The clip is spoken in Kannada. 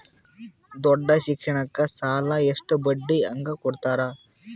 ದೊಡ್ಡ ಶಿಕ್ಷಣಕ್ಕ ಸಾಲ ಎಷ್ಟ ಬಡ್ಡಿ ಹಂಗ ಕೊಡ್ತಾರ?